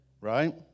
right